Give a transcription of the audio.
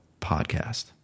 podcast